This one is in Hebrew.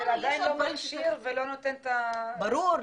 זה עדיין לא מכשיר ולא נותן את ה --- ברור.